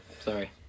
Sorry